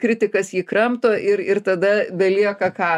kritikas jį kramto ir ir tada belieka ką